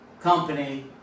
company